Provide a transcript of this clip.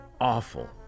Awful